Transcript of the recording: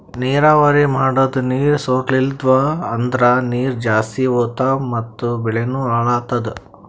ನೀರಾವರಿ ಮಾಡದ್ ನೀರ್ ಸೊರ್ಲತಿದ್ವು ಅಂದ್ರ ನೀರ್ ಜಾಸ್ತಿ ಹೋತಾವ್ ಮತ್ ಬೆಳಿನೂ ಹಾಳಾತದ